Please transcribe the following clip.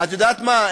את יודעת מה?